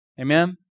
Amen